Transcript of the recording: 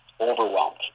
Overwhelmed